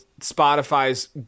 Spotify's